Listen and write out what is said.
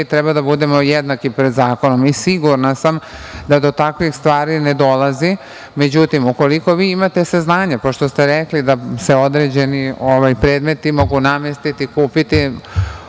treba da budemo jednaki pred zakonom i sigurna sam da to takvih stari ne dolazi.Međutim, ukoliko vi imate saznanje, pošto ste rekli da se određeni predmeti mogu namestiti, kupiti,